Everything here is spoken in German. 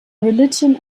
religion